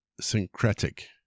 syncretic